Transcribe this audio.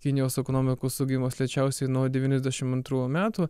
kinijos ekonomikos augimas lėčiausiai nuo devyniasdešimt antrųjų metų